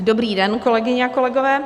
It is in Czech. Dobrý den, kolegyně a kolegové.